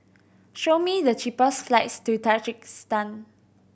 show me the cheapest flights to Tajikistan